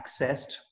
accessed